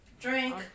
Drink